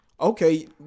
okay